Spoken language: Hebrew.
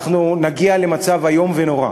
אנחנו נגיע למצב איום ונורא.